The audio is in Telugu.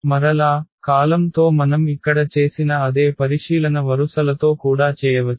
మరలా కాలమ్ తో మనం ఇక్కడ చేసిన అదే పరిశీలన వరుసలతో కూడా చేయవచ్చు